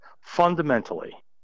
fundamentally